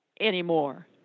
anymore